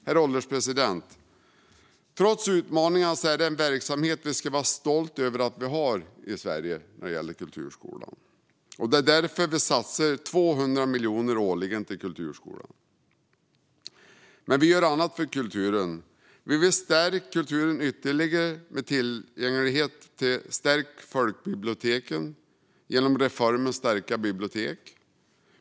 Herr ålderspresident! Trots utmaningarna är kulturskolan en verksamhet som vi ska vara stolta över att vi har i Sverige. Därför satsar vi 200 miljoner årligen på kulturskolan. Vi gör också annat för kulturen. Vi vill stärka kulturen ytterligare och göra den mer tillgänglig. Vi vill stärka folkbiblioteken genom reformen Stärkta bibliotek.